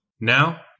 Now